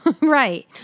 Right